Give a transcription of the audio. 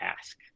ask